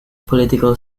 political